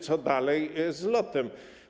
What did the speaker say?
Co dalej z LOT-em?